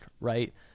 Right